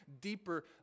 deeper